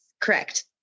correct